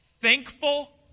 Thankful